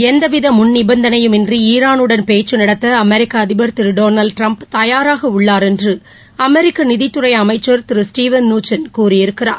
எந்தவித முன் நிபந்தனையுமின்றி ஈரானுடன் பேச்சு நடத்த அமெரிக்க அதிபர் திரு டொனால்டு ட்டிரம்ப் தயாராக உள்ளார் என்று அமெிக்க நிதித்துறை அமைச்சர் திரு ஸ்டீவன் நூச்சின் கூறியிருக்கிறார்